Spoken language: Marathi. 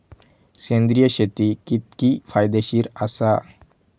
सेंद्रिय शेती कितकी फायदेशीर आसा?